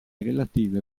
relative